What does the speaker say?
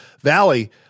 Valley